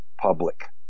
public